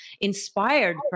inspired